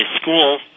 school